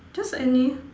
just any